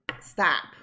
Stop